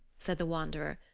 said the wanderer,